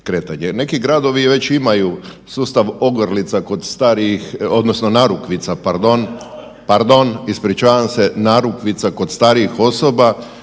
Neki gradovi već imaju sustav ogrlica kod starijih odnosno narukvica, pardon, pardon, ispričavam se, narukvica kod starijih osoba